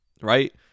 right